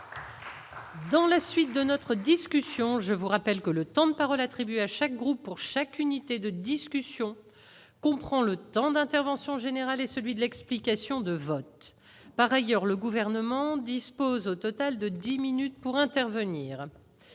Dans la suite de notre discussion, je vous rappelle que le temps de parole attribués à chaque groupe pour chaque unité de discussion qu'on prend le temps d'intervention en général et celui de l'explication de vote par ailleurs le gouvernement dispose au total de 10 minutes pour intervenir,